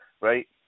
right